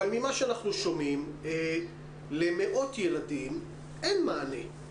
אבל ממה שאנחנו שומעים למאות ילדים אין מענה,